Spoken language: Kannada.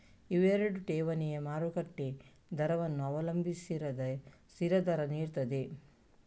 ಇವೆರಡು ಠೇವಣಿ ಮಾರುಕಟ್ಟೆ ದರವನ್ನ ಅವಲಂಬಿಸಿರದೆ ಸ್ಥಿರ ದರ ನೀಡ್ತದೆ